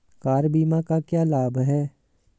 Car बीमा का क्या लाभ है?